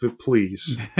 please